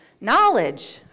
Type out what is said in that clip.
knowledge